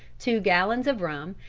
two gallons of rum,